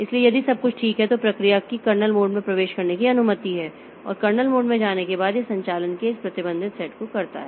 इसलिए यदि सब कुछ ठीक है तो प्रक्रिया को कर्नेल मोड में प्रवेश करने की अनुमति है और कर्नेल मोड में जाने के बाद यह संचालन के इस प्रतिबंधित सेट को करता है